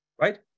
Right